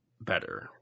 better